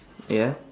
ya